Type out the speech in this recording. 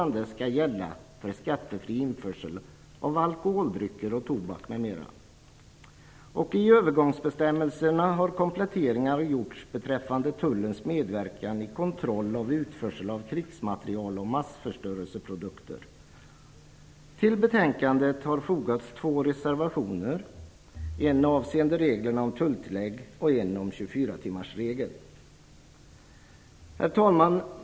I övergångsbestämmelserna har kompletteringar gjorts beträffande tullens medverkan i kontrollen av utförsel av krigsmateriel och massförstörelseprodukter. Till betänkandet har fogats två reservationer - en avseende reglerna om tulltillägg och en om 24 Herr talman!